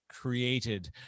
Created